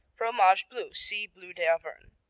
fromage bleu see bleu d'auvergne.